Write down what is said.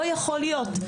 לא ייתכן.